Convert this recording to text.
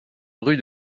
rue